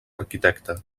arquitecte